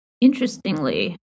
Interestingly